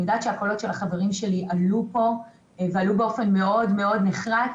אני יודעת שהקולות של החברים שלי עלו פה ועלו באופן מאוד מאוד נחרץ,